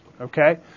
okay